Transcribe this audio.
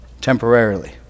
temporarily